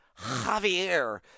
Javier